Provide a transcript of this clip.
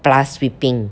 plus sweeping